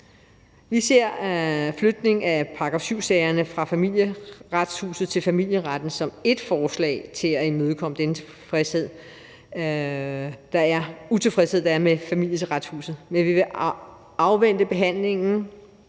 om flytning af § 7-sagerne fra Familieretshuset til familieretten som ét forslag til at imødegå den utilfredshed, der er med Familieretshuset, men vi vil afvente behandlingen,